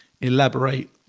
elaborate